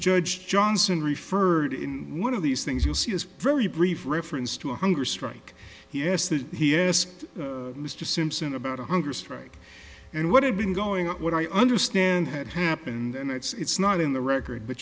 judge johnson referred in one of these things you see as very brief reference to a hunger strike he asked that he asked mr simpson about a hunger strike and what had been going up what i understand had happened and it's not in the record but